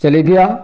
चली पेआ